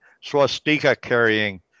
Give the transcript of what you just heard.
swastika-carrying